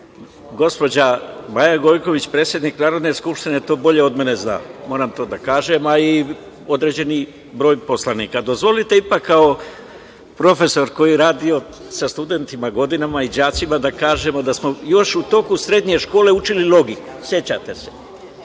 gospođa Maja Gojković, predsednik Narodne skupštine to bolje od mene zna. Moram to da kažem, a i određeni broj poslanika. Dozvolite ipak kao profesor koji je radio sa studentima godinama i đacima, da kažemo da smo još u toku srednje škole učili logiku, sećate se.